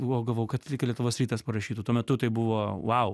buvo galvojau kad lietuvos rytas parašytų tuo metu tai buvo vau